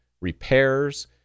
repairs